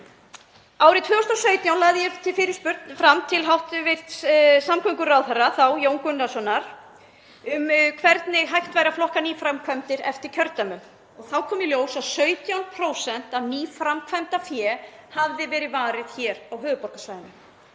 Árið 2017 lagði ég fram fyrirspurn til hæstv. samgönguráðherra þá, Jóns Gunnarssonar, um hvernig hægt væri að flokka nýframkvæmdir eftir kjördæmum. Þá kom í ljós að 17% af nýframkvæmdafé hafði verið varið hér á höfuðborgarsvæðinu.